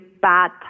bad